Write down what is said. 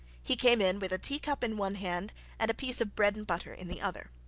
he came in with a teacup in one hand and a piece of bread-and-butter in the other.